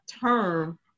term